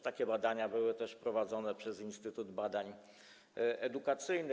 Takie badania były też prowadzone przez Instytut Badań Edukacyjnych.